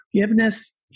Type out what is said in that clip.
forgiveness